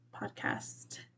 podcast